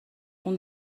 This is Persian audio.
اون